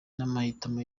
n’amahitamo